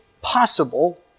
possible